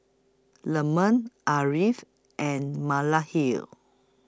Leman Ariff and Mala Heal